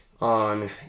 on